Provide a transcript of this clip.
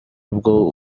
bwo